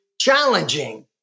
challenging